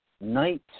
night